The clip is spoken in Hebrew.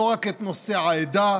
לא רק את נושא העדה,